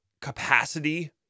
capacity